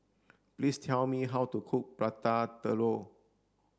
please tell me how to cook Prata Telur